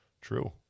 True